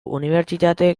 unibertsitate